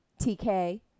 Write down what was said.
TK